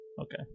okay